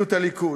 במדיניות הליכוד,